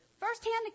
Firsthand